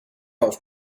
auf